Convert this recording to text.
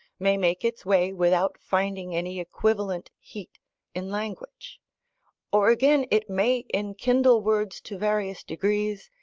may make its way, without finding any equivalent heat in language or, again, it may enkindle words to various degrees,